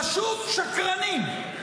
פשוט שקרנים.